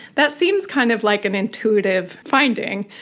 that seems kind of like an intuitive finding,